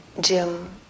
Jim